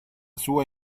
sua